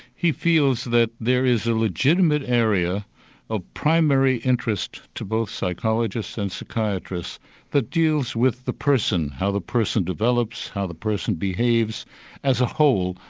he feels that there is a legitimate area of primary interest to both psychologists and psychiatrists that deals with the person, how the person develops, how the person behaves as a whole,